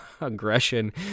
aggression